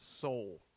soul